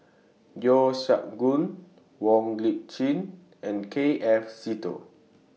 Yeo Siak Goon Wong Lip Chin and K F Seetoh